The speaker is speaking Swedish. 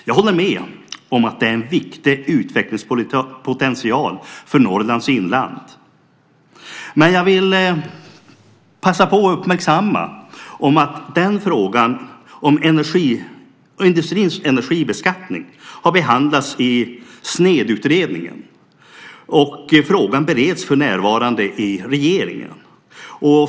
Jag håller med om att den är en viktig utvecklingspotential för Norrlands inland, men jag vill passa på att uppmärksamma om att frågan om industrins energibeskattning har behandlats i SNED-utredningen, och frågan bereds för närvarande av regeringen.